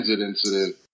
incident